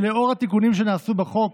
לאור התיקונים שנעשו בחוק